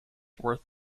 worth